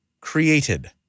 created